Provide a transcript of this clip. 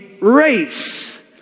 race